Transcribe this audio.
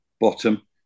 bottom